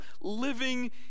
living